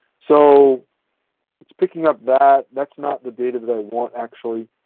so it's picking up that. that's not the data that i want actually.